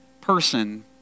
person